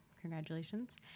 Congratulations